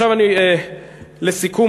לסיכום,